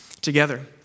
together